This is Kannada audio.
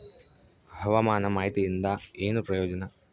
ಹವಾಮಾನ ಮಾಹಿತಿಯಿಂದ ಏನು ಪ್ರಯೋಜನ?